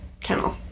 kennel